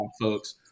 folks